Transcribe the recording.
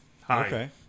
Hi